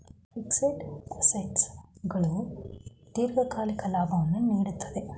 fixed assets ಗಳು ದೀರ್ಘಕಾಲಿಕ ಲಾಭವನ್ನು ನೀಡುತ್ತದೆ